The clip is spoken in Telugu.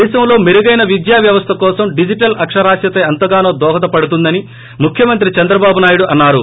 దేశంలో మెరుగైన విద్యా వ్యవస్థ కోసం డిజిటల్ అక్షరాస్యత ఎంతగానో దోహద పడుతుందని ముఖ్యమంత్రి చంద్రబాటు నాయుడు అన్సారు